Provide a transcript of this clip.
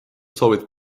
soovitud